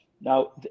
now